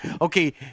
Okay